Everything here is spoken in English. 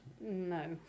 No